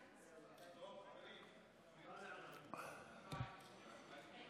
לרשותך שלוש דקות, בבקשה.